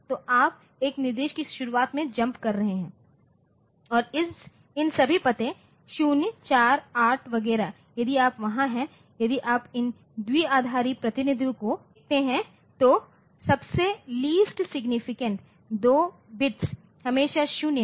तो आप एक निर्देश की शुरुआत में जम्प कर रहे हैं और इन सभी पते 0 4 8 वगैरह यदि आप वहाँ हैं यदि आप उनके द्विआधारी प्रतिनिधित्व को देखते हैं तो सबसेलीस्ट सिग्नीफिकेंट 2 बिट्स हमेशा 0 हैं